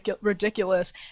ridiculous